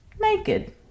naked